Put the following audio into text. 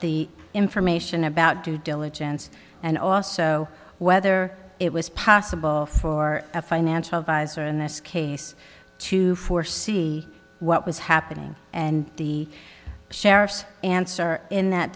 the information about due diligence and also whether it was possible for a financial advisor in this case to four see what was happening and the sheriff's answer in that